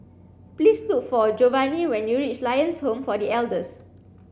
please look for Jovanni when you reach Lions Home for The Elders